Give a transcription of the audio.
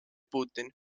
putin